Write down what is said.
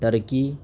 turkey